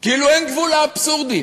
כאילו אין גבול לאבסורדים.